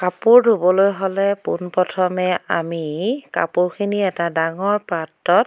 কাপোৰ ধুবলৈ হ'লে পোনপ্ৰথমে আমি কাপোৰখিনি এটা ডাঙৰ পাত্ৰত